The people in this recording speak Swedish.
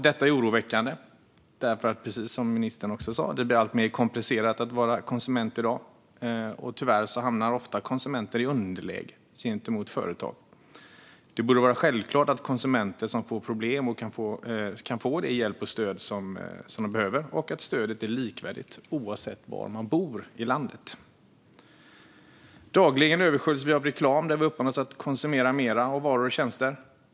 Detta är oroväckande eftersom det, precis som ministern sa, blir alltmer komplicerat att vara konsument. Och tyvärr hamnar konsumenter ofta i underläge gentemot företag. Det borde vara självklart att konsumenter som får problem kan få den hjälp och det stöd som de behöver och att stödet är likvärdigt oavsett var i landet man bor. Dagligen översköljs vi av reklam där vi uppmanas att konsumera mer av varor och tjänster.